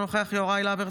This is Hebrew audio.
אינו נוכח יוראי להב הרצנו,